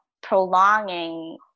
prolonging